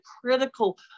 critical